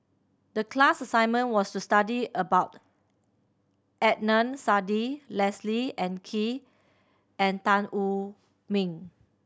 the class assignment was to study about Adnan Saidi Leslie and Kee and Tan Wu Meng